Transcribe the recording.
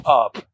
up